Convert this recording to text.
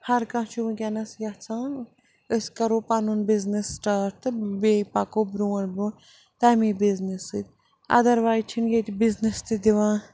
ہر کانٛہہ چھُ وٕنۍکٮ۪نَس یَژھان أسۍ کَرو پَنُن بِزنِس سِٹاٹ تہٕ بیٚیہِ پَکو برٛونٛٹھ برٛونٛٹھ تَمی بِزنِس سۭتۍ اَدَروایِز چھِنہٕ ییٚتہِ بِزنِس تہِ دِوان